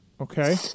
Okay